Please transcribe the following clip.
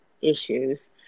issues